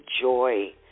joy